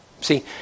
See